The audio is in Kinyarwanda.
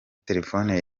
telefone